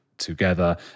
together